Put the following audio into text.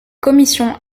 commission